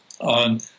on